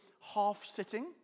half-sitting